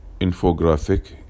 infographic